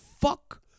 fuck